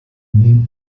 nehmt